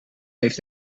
heeft